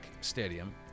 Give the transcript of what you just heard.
stadium